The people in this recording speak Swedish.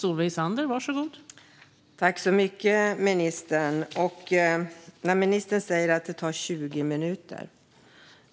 Fru talman! Tack så mycket, ministern! Ministern säger att det tar 20 minuter.